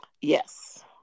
Yes